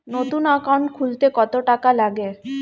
নতুন একাউন্ট খুলতে কত টাকা লাগে?